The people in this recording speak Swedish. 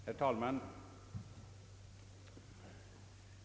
Herr talman!